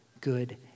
good